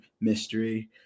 mystery